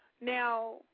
Now